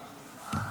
חברתה.